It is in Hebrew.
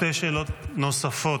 שתי שאלות נוספות,